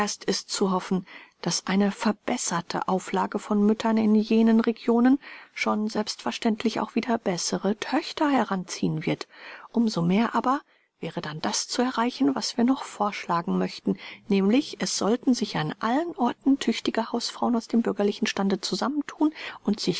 ist zu hoffen daß eine verbesserte auflage von müttern in jenen regionen schon selbstverständlich auch wieder bessere töchter heranziehen wird umso mehr aber wäre dann das zu erreichen was wir noch vorschlagen möchten nämlich es sollten sich an allen orten tüchtige hausfrauen aus dem bürgerlichen stande zusammenthun und sich